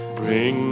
bring